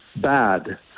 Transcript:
Bad